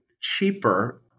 cheaper